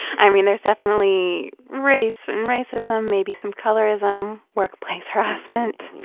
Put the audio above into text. i mean, there's definitely race and racism, maybe some colorism, workplace harassment.